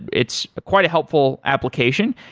it's quite a helpful application.